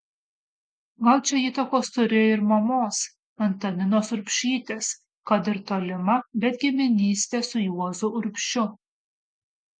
gal čia įtakos turėjo ir mamos antaninos urbšytės kad ir tolima bet giminystė su juozu urbšiu